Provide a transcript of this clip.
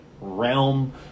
realm